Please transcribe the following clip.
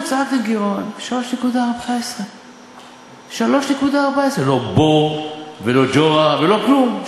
שצעקתם "גירעון" 3.14. 3.14. לא בור ולא ג'ורה ולא כלום.